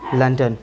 London